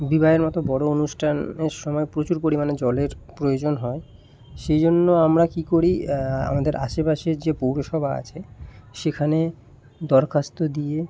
বিবাহের মতো বড় অনুষ্ঠানের সময় প্রচুর পরিমাণে জলের প্রয়োজন হয় সেই জন্য আমরা কী করি আমাদের আশেপাশে যে পুরসভা আছে সেখানে দরখাস্ত দিয়ে